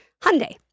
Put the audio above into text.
Hyundai